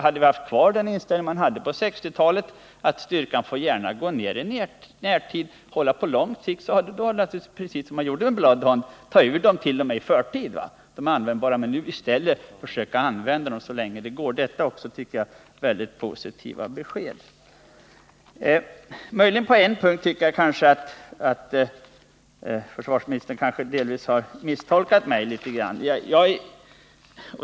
Hade vi haft kvar den inställning man hade på 1960-talet, att styrkan gärna får gå ner i närtid, så hade man t.o.m. kunnat ta ur dem i förtid, men nu försöker man i stället använda dem så länge det går. Det tycker jag är ett positivt besked. På en punkt tycker jag möjligen att försvarsministern har misstolkat mig.